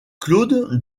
claude